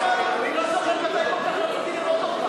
אני לא זוכר מתי כל כך רציתי לראות אותך.